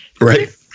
Right